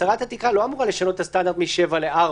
הסרת התקרה לא אמורה לשנות את הסטנדרט מ-7 ל-4